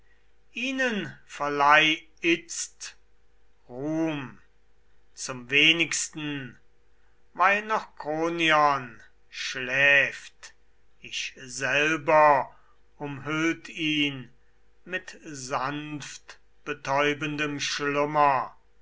ihnen verleih itzt ruhm zum wenigsten weil noch kronion schläft ich selber umhüllt ihn mit sanft betäubendem schlummer